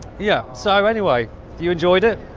yeah, so anyway do you enjoyed it